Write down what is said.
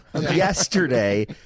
Yesterday